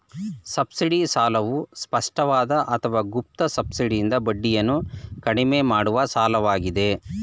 subsidy ಸಾಲವು ಸ್ಪಷ್ಟವಾದ ಅಥವಾ ಗುಪ್ತ ಸಬ್ಸಿಡಿಯಿಂದ ಬಡ್ಡಿಯನ್ನ ಕಡಿಮೆ ಮಾಡುವ ಸಾಲವಾಗಿದೆ